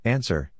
Answer